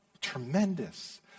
tremendous